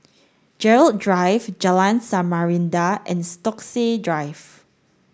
Gerald Drive Jalan Samarinda and Stokesay Drive